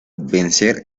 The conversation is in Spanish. vencer